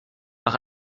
nach